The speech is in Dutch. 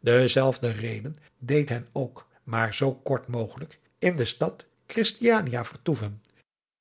dezelfde reden deed hen ook maar zoo kort mogelijk in de stad christiania vertoeven